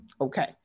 okay